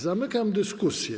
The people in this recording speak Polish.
Zamykam dyskusję.